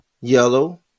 yellow